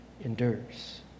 endures